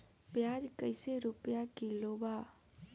प्याज कइसे रुपया किलो बा?